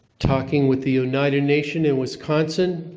talking with the united nation in wisconsin.